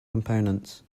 components